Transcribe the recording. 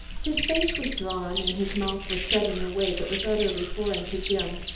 his face was drawn and his mouth was set in a way that was utterly foreign to jim,